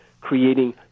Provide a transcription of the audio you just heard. creating